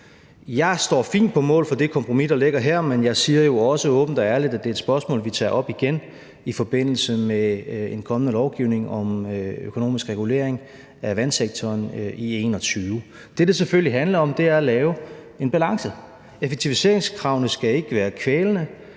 Jeg står gerne på mål for det kompromis, der ligger her, men jeg siger jo også åbent og ærligt, at det er et spørgsmål, vi tager op igen i forbindelse med en kommende lovgivning om økonomisk regulering af vandsektoren i 2021. Det, det selvfølgelig handler om, er at skabe en balance. Effektiviseringskravene skal ikke være kvælende,